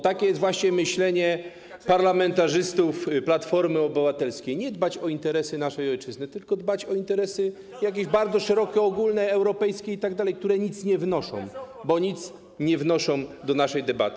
Takie jest właśnie myślenie parlamentarzystów Platformy Obywatelskiej: nie dbać o interesy naszej ojczyzny, tylko dbać o interesy jakieś bardzo szerokie, ogólne, europejskie itd., które nic nie wnoszą, bo nic nie wnoszą do naszej debaty.